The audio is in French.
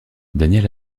daniel